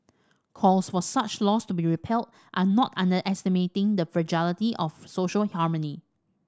calls for such laws to be repealed are not underestimating the fragility of social harmony